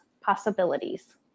possibilities